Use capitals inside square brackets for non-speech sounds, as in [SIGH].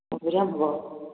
[UNINTELLIGIBLE]